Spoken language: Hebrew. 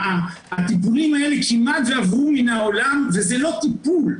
הטיפולים האלה כמעט ועברו מן העולם והם לא טיפול.